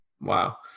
Wow